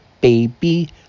baby